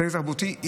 צדק תחבורתי,